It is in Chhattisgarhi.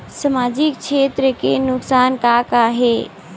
सामाजिक क्षेत्र के नुकसान का का हे?